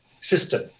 system